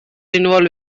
involved